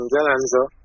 Jalanzo